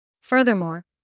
Furthermore